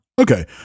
Okay